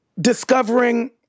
discovering